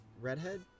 Redhead